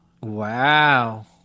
Wow